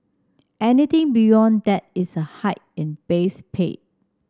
anything beyond that is a hike in base pay